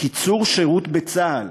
קיצור השירות בצה"ל